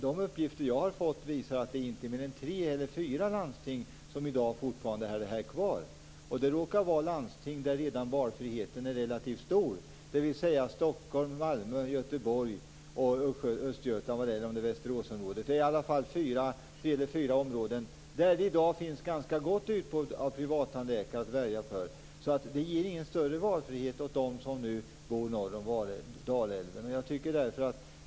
De uppgifter jag har fått säger att det är tre fyra landsting som fortfarande har detta kvar i dag. Det råkar vara landsting där valfriheten redan är relativt stor, dvs. tre fyra områden finns i dag ett gott utbud av privata tandläkare att välja bland. Det ger ingen större valfrihet åt dem som nu bor norr om Dalälven.